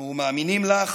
אנחנו מאמינים לך,